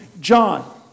John